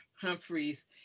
Humphreys